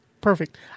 Perfect